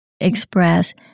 express